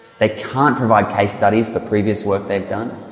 they can't provide case studies for previous work they've done.